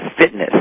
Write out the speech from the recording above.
fitness